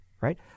right